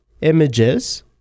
images